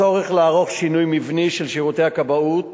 הצורך לערוך שינוי מבני של שירותי הכבאות